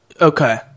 Okay